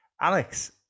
Alex